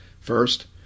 First